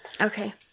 Okay